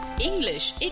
English